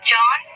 John